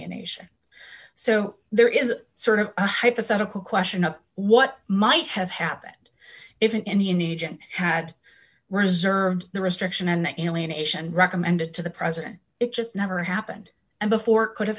n so there is sort of a hypothetical question of what might have happened if an indian agent had reserved the restriction and alienation recommended to the president it just never happened and before it could have